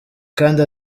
kandi